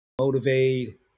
motivate